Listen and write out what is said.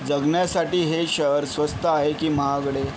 जगण्यासाठी हे शहर स्वस्त आहे की महागडे